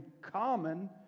common